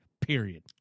period